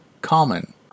Common